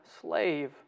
slave